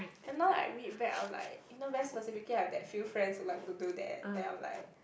then now I read back I'm like you know very specifically I have that few friends who like to do that then I'm like